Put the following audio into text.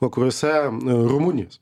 vakaruose rumunijos